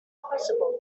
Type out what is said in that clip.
possible